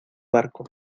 barco